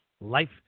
Life